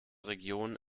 region